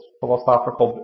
philosophical